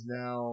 now